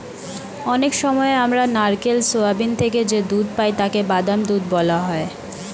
অনেক সময় আমরা নারকেল, সোয়াবিন থেকে যে দুধ পাই তাকে বাদাম দুধ বলা হয়